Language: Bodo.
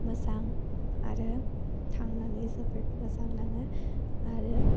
मोजां आरो थांनानै जोबोर मोजां नाङो आरो